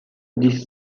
this